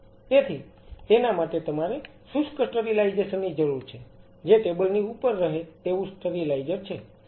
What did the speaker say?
તેથી તેના માટે તમારે શુષ્ક સ્ટરીલાઈઝેશન ની જરૂર છે જે ટેબલ ની ઉપર રહે તેવું સ્ટરીલાઈઝર છે